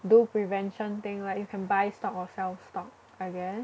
do prevention thing like you can buy stock or sell stock I guess